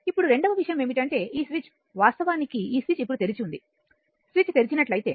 ఇప్పుడు రెండవ విషయం ఏమిటంటే ఈ స్విచ్ వాస్తవానికి ఈ స్విచ్ ఇప్పుడు తెరిచి ఉంది స్విచ్ తెరిచినట్లయితే